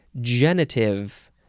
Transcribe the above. genitive